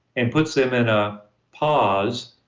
and puts them in a pause,